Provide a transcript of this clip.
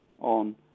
on